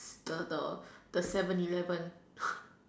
the the the seven eleven